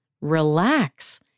relax